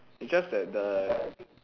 it's just that the